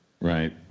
Right